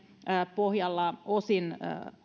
pohjalla osin